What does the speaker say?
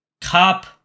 cop